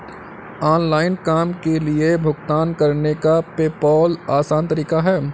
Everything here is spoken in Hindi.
ऑनलाइन काम के लिए भुगतान करने का पेपॉल आसान तरीका है